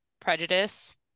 prejudice